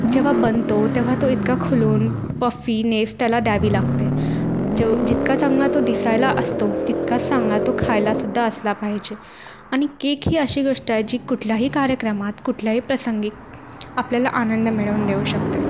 जेव्हा बनतो तेव्हा तो इतका खुलून पफीनेस त्याला द्यावी लागते जेव जितका चांगला तो दिसायला असतो तितकाच चांगला तो खायलासुद्धा असला पाहिजे आणि केक ही अशी गोष्ट आहे जी कुठल्याही कार्यक्रमात कुठल्याही प्रसंगी आपल्याला आनंद मिळवून देऊ शकते